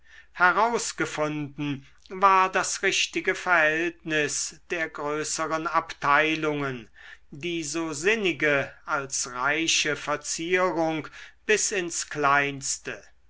herausgefunden war das richtige verhältnis der größeren abteilungen die so sinnige als reiche verzierung bis ins kleinste